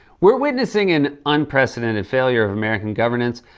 we're witnessing an unprecedented failure of american governance,